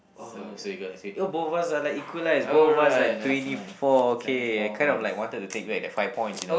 oh both of us are like equalise both of us like twenty four okay I kind of like wanted to take back the five points you know